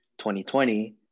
2020